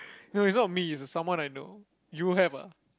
no it's not me it's someone I know you have ah